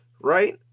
right